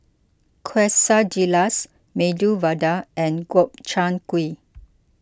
Quesadillas Medu Vada and Gobchang Gui